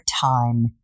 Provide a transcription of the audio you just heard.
time